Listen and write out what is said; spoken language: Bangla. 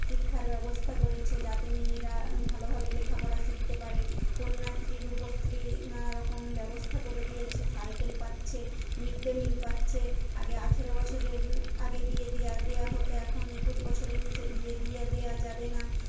শিক্ষার ব্যবস্থা করেছে যাতে মেয়েরা ভালোভাবে লেখাপড়া শিখতে পারে কন্যাশ্রী রূপশ্রী নানারকম ব্যবস্থা করে দিয়েছে সাইকেল পাচ্ছে মিড ডে মিল পাচ্ছে আগে আঠেরো বছরের আগে বিয়ে দিয়ে দেওয়া হতো এখন একুশ বছরের নীচে বিয়ে দিয়ে দেওয়া যাবে না